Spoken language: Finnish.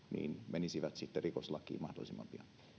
menisivät sitten rikoslakiin mahdollisimman